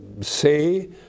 say